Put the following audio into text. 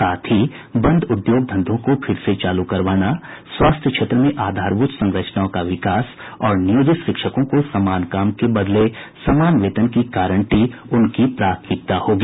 साथ ही बंद उद्योग धंधों को फिर से चालू करवाना स्वास्थ्य क्षेत्र में आधारभूत संरचनाओं का विकास और नियोजित शिक्षकों को समान काम के बदले समान वेतन की गारंटी उनकी प्राथमिकता होगी